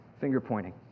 finger-pointing